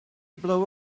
blow